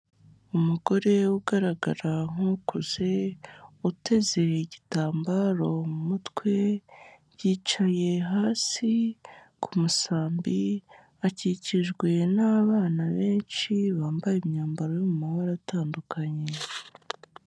Umugore ugaragara nk'ukuze, uteze igitambaro mu mutwe, yicaye hasi ku musambi, akikijwe n'abana benshi, bambaye imyambaro yo mu mabara atandukanye.